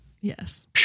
Yes